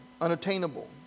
unattainable